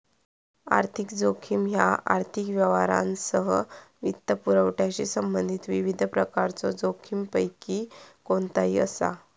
आर्थिक जोखीम ह्या आर्थिक व्यवहारांसह वित्तपुरवठ्याशी संबंधित विविध प्रकारच्यो जोखमींपैकी कोणताही असा